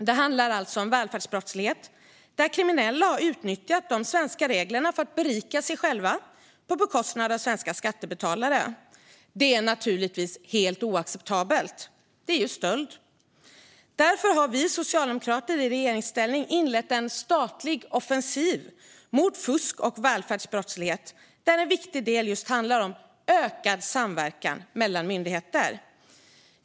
Det handlar alltså om välfärdsbrottslighet, där kriminella har utnyttjat de svenska reglerna för att berika sig själva på bekostnad av svenska skattebetalare. Det är naturligtvis helt oacceptabelt. Det är ju stöld. Därför har vi socialdemokrater i regeringsställning inlett en statlig offensiv mot fusk och välfärdsbrottslighet där en viktig del just handlar om ökad samverkan mellan myndigheter.